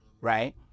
right